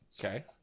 Okay